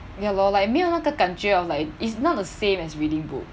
ya lor like 没有那个感觉 of like it's not the same as reading book